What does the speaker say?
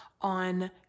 on